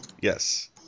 Yes